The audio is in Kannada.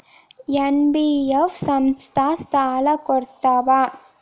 ಎನ್.ಬಿ.ಎಫ್ ಸಂಸ್ಥಾ ಸಾಲಾ ಕೊಡ್ತಾವಾ?